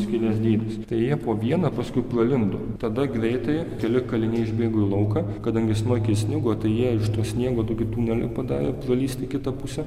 skylės dydis tai jie po vieną paskui pralindo tada greitai keli kaliniai išbėgo į lauką kadangi smarkiai snigo tai jie iš to sniego tokį tunelį padarė pralįst į kitą pusę